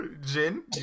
Jin